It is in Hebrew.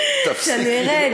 שאני ארד?